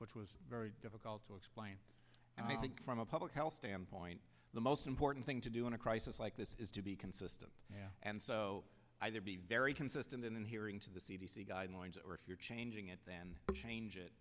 which was very difficult to explain and i think from a public health standpoint the most important thing to do in a crisis like this is to be consistent yeah and so either be very consistent in hearing to the c d c guidelines or if you're changing it then change it